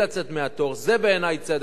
זה בעיני צדק חברתי,